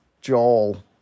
Joel